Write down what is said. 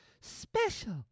Special